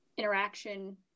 interaction